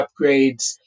upgrades